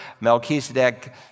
Melchizedek